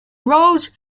roads